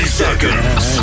seconds